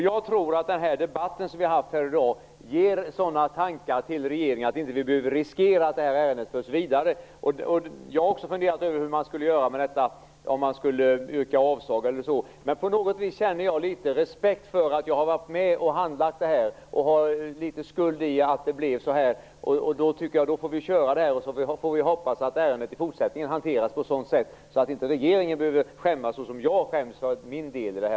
Jag tror att den här debatten som vi har haft här i dag ger sådan tankar till regeringen att vi inte behöver riskera att det här ärendet förs vidare. Jag har också funderat över hur man skulle göra med detta, om man skulle yrka avslag eller så. Men på något vis känner jag litet respekt för att jag har varit med och handlagt detta och har litet skuld i att det blev så här. Då tycker jag att vi får köra det här. Sedan får vi hoppas att ärendet i fortsättningen hanteras på ett sådant sätt att regeringen inte behöver skämmas, såsom jag skäms för min del i detta.